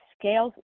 Scales